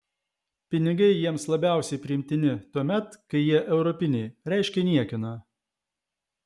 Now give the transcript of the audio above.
pinigai jiems labiausiai priimtini tuomet kai jie europiniai reiškia niekieno